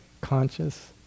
conscious